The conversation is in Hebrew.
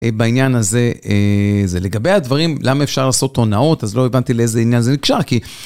בעניין הזה, זה לגבי הדברים, למה אפשר לעשות הונאות? אז לא הבנתי לאיזה עניין זה נקשר, כי...